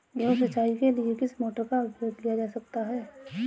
गेहूँ सिंचाई के लिए किस मोटर का उपयोग किया जा सकता है?